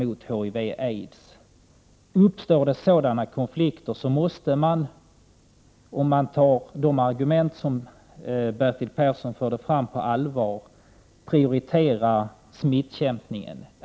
Om det uppstår sådana konflikter måste man, om man tar de argument som Bertil Persson förde fram på allvar, prioritera smittbekämpningen.